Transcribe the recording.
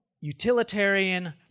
utilitarian